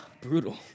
Brutal